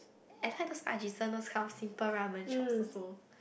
I like those Ajisen those kind of simple ramen shops also